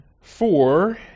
four